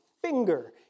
finger